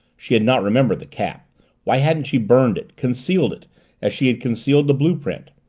she had not remembered the cap why hadn't she burned it, concealed it as she had concealed the blue-print?